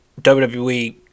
WWE